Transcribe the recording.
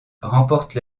remporte